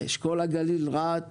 אשכול הגליל, רהט